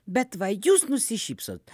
bet va jūs nusišypsot